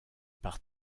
par